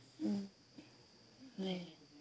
नहीं